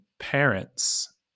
parents